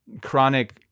chronic